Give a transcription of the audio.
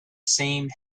same